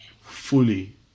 fully